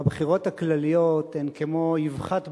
הבחירות הכלליות הן כמו אבחת ברק,